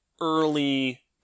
early